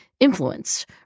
influenced